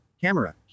camera